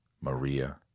Maria